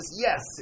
yes